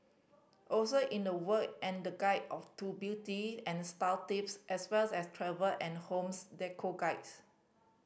also in the work and the guide of to beauty and style tips as well as travel and homes decor guides